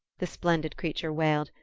the splendid creature wailed,